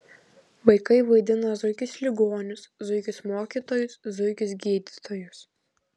vaikai vaidina zuikius ligonius zuikius mokytojus zuikius gydytojus